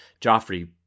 Joffrey